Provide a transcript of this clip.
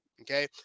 okay